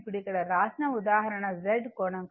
ఇప్పుడు ఇక్కడ వ్రాసిన ఉదాహరణ Z కోణం